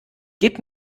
gib